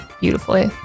beautifully